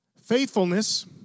faithfulness